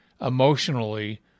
emotionally